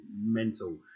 mental